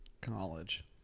College